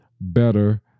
better